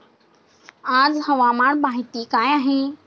आज हवामान माहिती काय आहे?